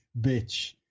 bitch